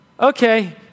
okay